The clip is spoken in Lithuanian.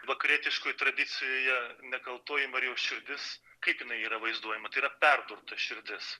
vakarietiškoj tradicijoje nekaltoji marijos širdis kaip jinai yra vaizduojama tai yra perdurta širdis